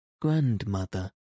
Grandmother